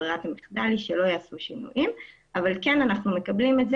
וברירת המחדל היא שלא יעשו שינויים אבל אנחנו כן מקבלים את זה